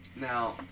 Now